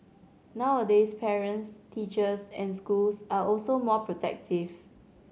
nowadays parents teachers and schools are also more protective